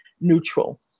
neutral